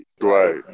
Right